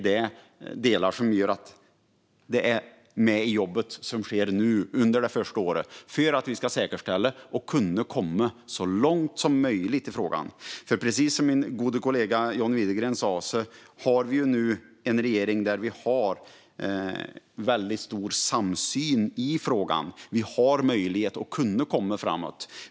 Det jobb som sker nu under det första året är så viktigt för att vi ska säkerställa och kunna komma så långt som möjligt i frågan. Precis som min gode kollega John Widegren sa har vi nu en regering med väldigt stor samsyn i frågan. Vi har möjlighet att komma framåt.